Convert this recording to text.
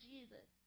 Jesus